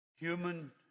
human